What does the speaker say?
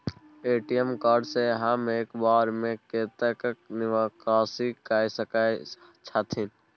ATM card से हम एक बेर में कतेक निकासी कय सके छथिन?